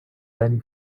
dani